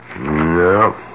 No